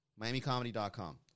MiamiComedy.com